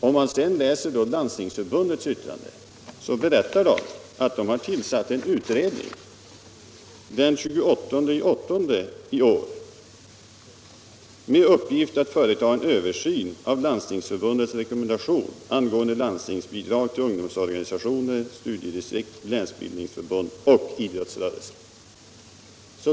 Om man läser Landstingsförbundets yttrande, så ser man att förbundet den 28 augusti i år tillsatte en utredning med uppgift att företa en översyn av Landstingsförbundets rekommendation angående landstingsbidragen till ungdomsorganisationer, studiedistrikt, länsbildningsförbund och till idrottsrörelsen.